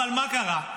אבל מה קרה?